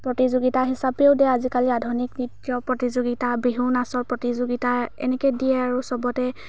প্ৰতিযোগিতা হিচাপেও দিয়ে আজিকালি আধুনিক নৃত্য প্ৰতিযোগিতা বিহু নাচৰ প্ৰতিযোগিতা এনেকৈ দিয়ে আৰু চবতে